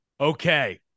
Okay